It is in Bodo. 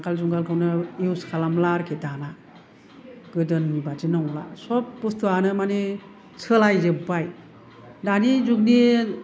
नांगोल जुंगालखौनो इउस खालामला आरोखि दाना गोदोनि बायदि नंला सब बुस्तुआनो माने सोलायजोबबाय दानि जुगनि